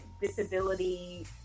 disability